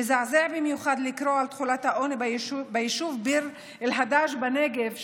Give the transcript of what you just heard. מזעזע במיוחד לקרוא על תחולת העוני ביישוב ביר הדאג' בנגב,